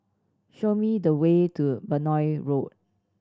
show me the way to Benoi Road